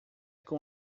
com